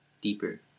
deeper